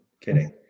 Kidding